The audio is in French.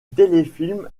téléfilm